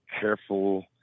careful